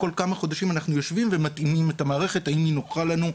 כל כמה חודשים אנחנו יושבים ומתאימים את המערכת האם היא נוחה לנו,